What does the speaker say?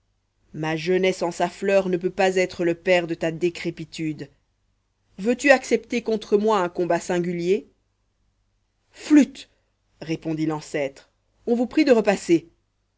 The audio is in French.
ma jeunesse en sa fleur ne peut pas être le père de ta décrépitude veux-tu accepter contre moi un combat singulier flûte répondit l'ancêtre on vous prie de repasser